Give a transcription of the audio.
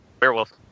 Werewolf